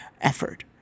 effort